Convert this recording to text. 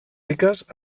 riques